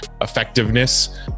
effectiveness